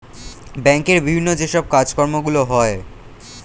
ব্যাংকের বিভিন্ন যে সব কাজকর্মগুলো হয়